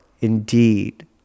indeed